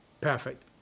Perfect